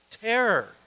terror